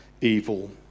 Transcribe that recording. evil